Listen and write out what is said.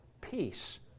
peace